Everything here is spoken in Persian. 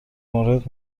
مورد